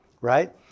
Right